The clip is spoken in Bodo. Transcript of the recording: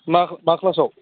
मा मा क्लासाव